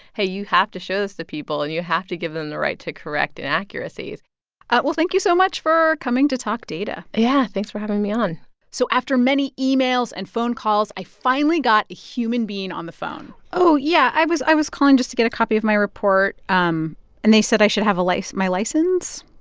hey, you have to show this to people, and you have to give them the right to correct inaccuracies well, thank you so much for coming to talk data yeah, thanks for having me on so after many emails and phone calls, i finally got a human being on the phone oh, yeah, i was i was calling just to get a copy of my report, um and they said i should have my license?